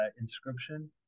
inscription